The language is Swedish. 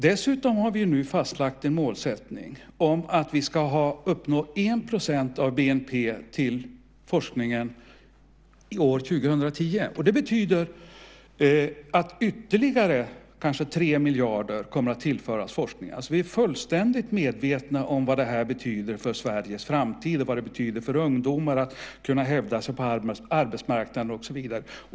Dessutom har vi nu fastlagt en målsättning om att vi ska uppnå 1 % av bnp till forskningen år 2010. Det betyder att ytterligare kanske 3 miljarder kommer att tillföras forskningen. Vi är alltså fullständigt medvetna om vad det här betyder för Sveriges framtid och vad det betyder för ungdomar att kunna hävda sig på arbetsmarknaden och så vidare.